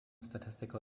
statistical